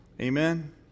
Amen